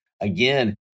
again